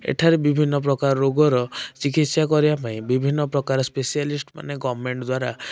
ଏଠାରେ ବିଭିନ୍ନ ପ୍ରକାର ରୋଗର ଚିକିତ୍ସା କରିବା ପାଇଁ ବିଭିନ୍ନ ପ୍ରକାର ସ୍ପେସିଆଲିଷ୍ଟମାନେ ଗଭର୍ଣ୍ଣମେଣ୍ଟ ଦ୍ୱାରା